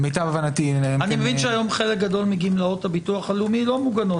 אני מבין שהיום חלק גדול מגמלאות הביטוח הלאומי לא מוגנות.